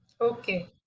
Okay